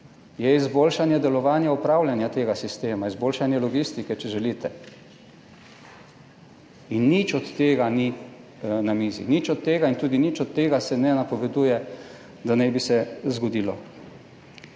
je izboljšanje delovanja upravljanja tega sistema, izboljšanje logistike, če želite. In nič od tega ni na mizi, nič od tega. In tudi nič od tega se ne napoveduje, da naj bi se zgodilo.